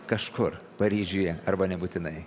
kažkur paryžiuje arba nebūtinai